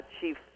chief